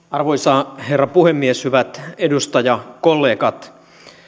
arvoisa herra puhemies hyvät edustajakollegat